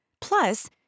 Plus